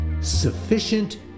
sufficient